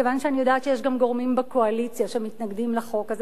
כיוון שאני יודעת שיש גם גורמים בקואליציה שמתנגדים לחוק הזה,